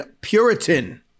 Puritan